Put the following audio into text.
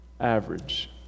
average